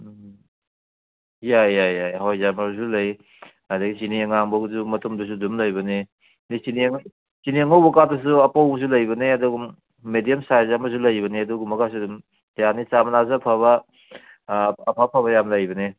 ꯎꯝ ꯌꯥꯏ ꯌꯥꯏ ꯌꯥꯏ ꯍꯋꯥꯏꯖꯥꯔ ꯃꯔꯨꯁꯨ ꯂꯩ ꯑꯗꯩ ꯆꯤꯅꯤ ꯑꯉꯥꯡꯕꯁꯨ ꯃꯇꯨꯝꯗꯨꯁꯨ ꯑꯗꯨꯝ ꯂꯩꯕꯅꯦ ꯑꯗꯩ ꯆꯤꯅꯤ ꯑꯉꯧꯕꯀꯥꯗꯨꯁꯨ ꯑꯄꯧꯕꯁꯨ ꯂꯩꯕꯅꯦ ꯑꯗꯨꯝ ꯃꯦꯗꯤꯌꯝ ꯁꯥꯏꯖ ꯑꯃꯁꯨ ꯂꯩꯕꯅꯦ ꯑꯗꯨꯒꯨꯝꯕꯒꯥꯁꯨ ꯑꯗꯨꯝ ꯌꯥꯅꯤ ꯆꯥ ꯃꯅꯥꯁꯨ ꯑꯐꯕ ꯑꯐ ꯑꯐꯕ ꯌꯥꯝ ꯂꯩꯕꯅꯦ